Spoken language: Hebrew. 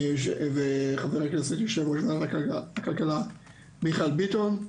ולחבר הכנסת יושב-ראש ועדת הכלכלה מיכאל ביטון,